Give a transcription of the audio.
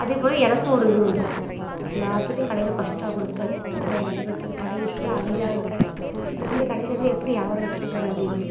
அதே போல் எனக்கும் ஒரு இது உண்டு எல்லோத்துக்கும் கடையில் ஃப்ஸ்டாக கொடுத்துட்டாங்க ஆனால் எனக்கு கொடுத்தது கடைசியாக அஞ்சாது கடை அந்த கடைலேருந்து எப்படி வியாபாரம் விற்க போகிற அப்படின்னு